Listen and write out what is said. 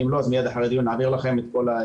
ואם לא מיד אחרי הדיון נעביר לכם את הפירוט.